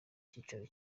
cyicaro